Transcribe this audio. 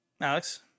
Alex